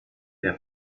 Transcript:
der